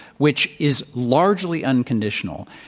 which is largely unconditional.